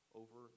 over